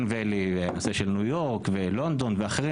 ואלי והנושא של ניו יורק ולונדון ואחרים.